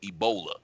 Ebola